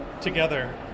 together